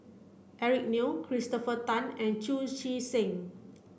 Eric Neo Christopher Tan and Chu Chee Seng